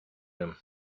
him